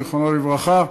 זיכרונו לברכה,